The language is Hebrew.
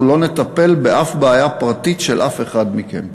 אנחנו לא נטפל באף בעיה פרטית של אף אחד מכם.